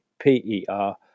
P-E-R